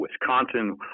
Wisconsin